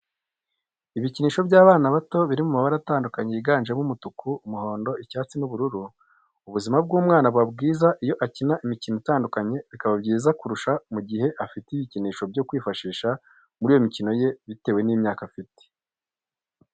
Ibikinisho by'abana bato biri mu mabara atandukanye yiganjemo umutuku, umuhondo, icyatsi n'ubururu. Ubuzima bw'umwana buba bwiza iyo akina imikino itandukanye, bikaba byiza kurushaho mu gihe afite ibikinisho byo kwifashisha muri iyo mikino ye bitewe n'imyaka afite.